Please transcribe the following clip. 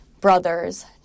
brothers